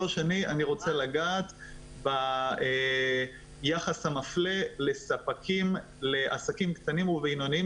אני רוצה לגעת ביחס המפלגה לספקים לעסקים קטנים ובינוניים,